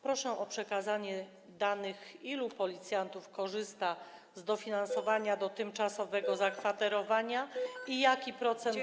Proszę o przekazanie danych, ilu policjantów korzysta z dofinansowania do tymczasowego zakwaterowania i jaki procent z nich.